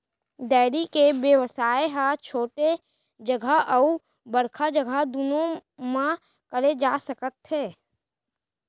dairy के बेवसाय ह छोटे जघा अउ बड़का जघा दुनों म करे जा सकत हे